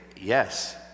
yes